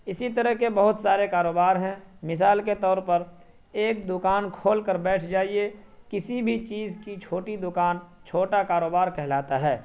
اسی طرح کے بہت سارے کاروبار ہیں مثال کے طور پر ایک دکان کھول کر بیٹھ جائیے کسی بھی چیز کی چھوٹی دکان چھوٹا کاروبار کہلاتا ہے